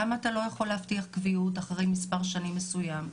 למה אתה לא יכול להבטיח קביעות אחרי מספר שנים מסוים?